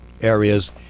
areas